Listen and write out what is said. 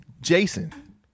Jason